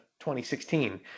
2016